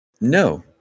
No